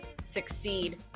succeed